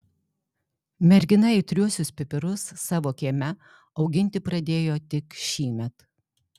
mergina aitriuosius pipirus savo kieme auginti pradėjo tik šįmet